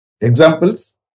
Examples